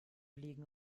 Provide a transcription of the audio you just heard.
liegen